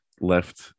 left